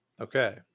Okay